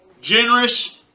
generous